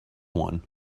one